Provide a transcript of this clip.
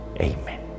Amen